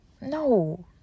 No